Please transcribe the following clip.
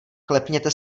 klepněte